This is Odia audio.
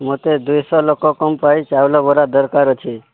ମୋତେ ଦୁଇଶହ ଲୋକଙ୍କ ପାଇଁ ଚାଉଲ ବରା ଦରକାର ଅଛି